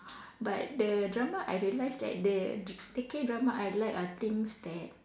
but the drama I realise that the the K drama I like are things that